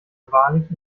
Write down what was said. wahrlich